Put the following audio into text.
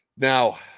Now